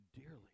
dearly